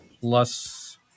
plus